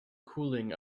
cooling